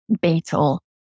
beetle